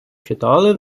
читали